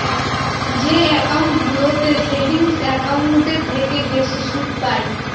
যে একাউন্টগুলোতে সেভিংস একাউন্টের থেকে বেশি সুদ পাই